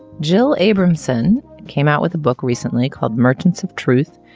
jill abramson came out with a book recently called merchants of truth,